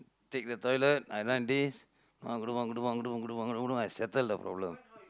take the toilet I run this I settle the problem